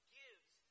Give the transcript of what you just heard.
gives